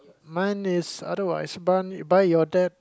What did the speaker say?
mine is otherwise buy your debt